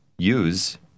Use